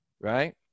Right